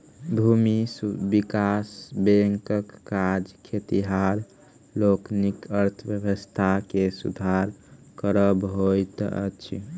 भूमि विकास बैंकक काज खेतिहर लोकनिक अर्थव्यवस्था के सुधार करब होइत अछि